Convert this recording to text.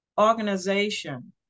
organization